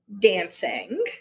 dancing